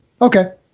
Okay